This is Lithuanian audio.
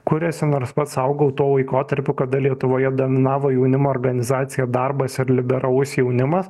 kuriasi nors pats augau tuo laikotarpiu kada lietuvoje dominavo jaunimo organizacija darbas ir liberalus jaunimas